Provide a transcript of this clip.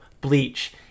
Bleach